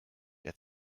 der